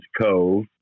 Cove